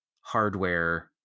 hardware